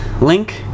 Link